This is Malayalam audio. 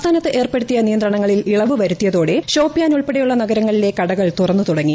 സംസ്ഥാനത്ത് ഏർപ്പെടുത്തിയ നിയന്ത്രണങ്ങളിൽ ഇളവ് വരുത്തിയതോടെ ഷോപ്പിയാൻ ഉൾപ്പെടെയുള്ള നഗരങ്ങളിലെ കടകൾ തുറന്നു തുടങ്ങി